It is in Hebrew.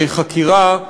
בחקירה,